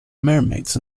mermaids